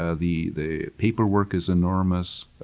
ah the the paperwork is enormous,